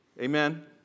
amen